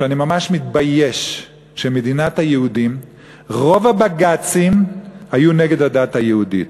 שאני ממש מתבייש שבמדינת היהודים רוב הבג"צים היו נגד הדת היהודית,